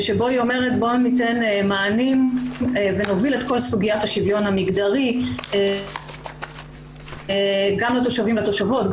לתת מענים ולהוביל את כל סוגיית השוויון המגדרי גם לתושבים ולתושבות,